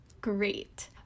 great